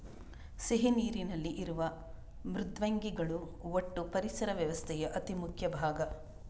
ಸಿಹಿ ನೀರಿನಲ್ಲಿ ಇರುವ ಮೃದ್ವಂಗಿಗಳು ಒಟ್ಟೂ ಪರಿಸರ ವ್ಯವಸ್ಥೆಯ ಅತಿ ಮುಖ್ಯ ಭಾಗ